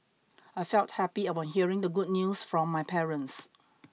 I felt happy upon hearing the good news from my parents